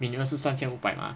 minimum 是三千五百 mah